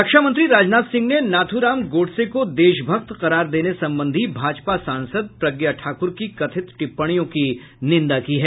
रक्षामंत्री राजनाथ सिंह ने नाथ्राम गोडसे को देशभक्त करार देने संबंधी भाजपा सांसद प्रज्ञा ठाकुर की कथित टिप्पणियों की निंदा की है